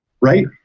right